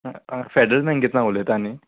federal बँकेंतल्यान उलयता न्ही